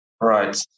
right